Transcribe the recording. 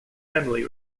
family